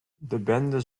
bende